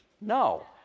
No